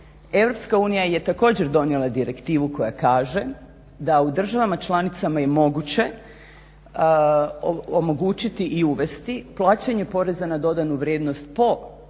je također donijela direktivu koja kaže da u državama članicama je moguće omogućiti i uvesti plaćanje PDV-a po naplaćenim računima,